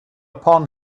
upon